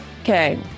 Okay